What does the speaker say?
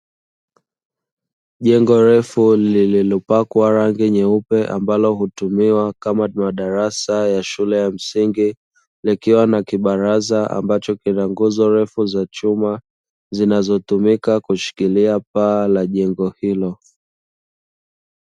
Jengo refu lililopakwa rangi nyeupe ambalo hutumiwa kama madarasa ya shule ya msingi, likiwa na kibaraza ambacho kina nguzo refu za chuma zinazotumika kushikilia paa la jengo hilo.